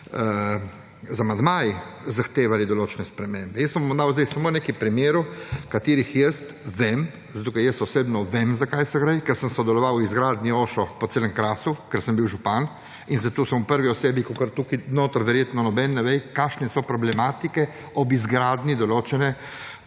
z amandmaji zahtevali določene spremembe. Jaz vam bom dal zdaj samo nekaj primerov, za katere vem, zato ker jaz osebno vem, za kaj gre, ker sem sodeloval v izgradnji OŠO po celem Krasu, ker sem bil župan in zato v prvi osebi, kakor tukaj notri verjetno nobeden ne, ve, kakšne so problematike ob izgradnji določene